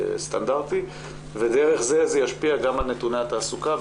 סטנדרטי ודרך זה זה ישפיע גם על נתוני התעסוקה,